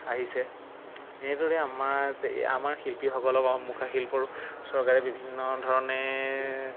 আহিছে এইদৰে আমাৰ আমাৰ শিল্পীসকলক মুখা শিল্পৰ চৰকাৰে বিভিন্ন ধৰণে